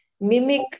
mimic